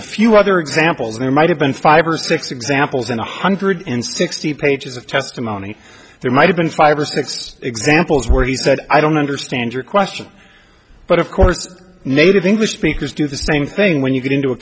the few other examples there might have been five or six examples in a hundred and sixty pages of testimony there might have been five or six examples where he said i don't understand your question but of course native english speakers do the same thing when you get into a